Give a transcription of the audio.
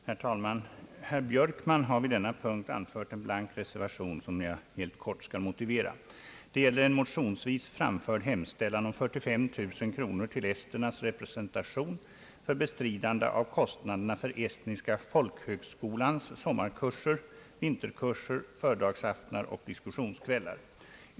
Herr talman! Herr Björkman har vid denna punkt avgivit en blank reservation som jag helt kort skall motivera. Det gäller en motionsvis framförd hemställan om 45 000 kronor till esternas representation för bestridande av kostnaderna för Estniska folkhögskolans sommarkurser, vinterkurser, föredragsaftnar och diskussionskvällar.